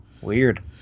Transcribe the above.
weird